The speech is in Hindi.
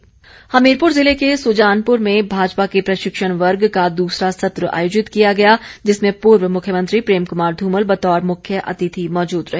धूमल हमीरपुर ज़िले के सुजानपुर में भाजपा के प्रशिक्षण वर्ग का दूसरा सत्र आयोजित किया गया जिसमें पूर्व मुख्यमंत्री प्रेम कुमार धूमल बतौर मुख्य अतिथि मौजूद रहे